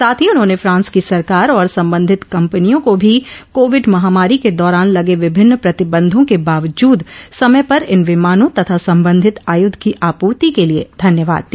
साथ ही उन्होंने फ्रांस की सरकार और संबंधित कंपनियों को भी कोविड महामारी के दौरान लगे विभिन्न प्रतिबंधों के बावजूद समय पर इन विमानों तथा संबंधित आयुध की आपूर्ति के लिए धन्यवाद दिया